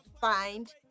find